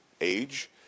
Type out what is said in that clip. age